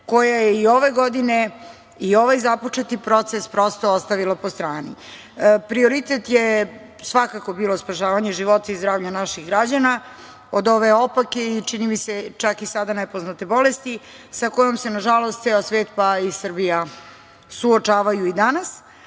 koja je i ove godine i ovaj započeti proces, prosto, ostavila po strani. Prioritet je svakako bilo spašavanje života i zdravlja naših građana od ove opake i, čini mi se, čak i sada nepoznate bolesti sa kojom se, nažalost, ceo svet, pa i Srbija suočavaju i danas. Kraj